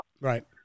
right